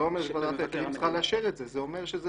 זה לא אומר שוועדת ההיתרים צריכה לאשר את זה,